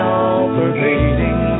all-pervading